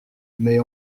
mais